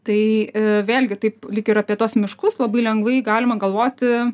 tai vėlgi taip lyg ir apie tuos miškus labai lengvai galima galvoti